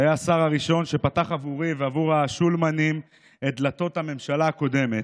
שהיה השר הראשון שפתח עבורי ועבור השולמנים את דלתות הממשלה הקודמת,